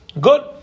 Good